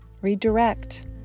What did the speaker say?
Redirect